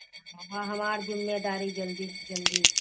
औ वा हमार जिम्मेदारी जल्दी स जल्दी